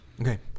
Okay